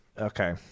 Okay